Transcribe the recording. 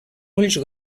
ulls